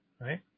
right